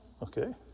Okay